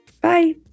Bye